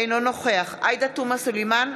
אינו נוכח עאידה תומא סלימאן,